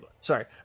sorry